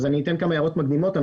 אתן כמה הערות מקדימות.